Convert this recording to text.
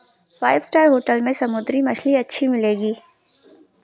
five star hotel में समुद्री मछली अच्छी मिलेंगी